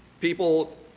People